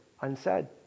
unsaid